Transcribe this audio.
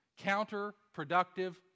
counterproductive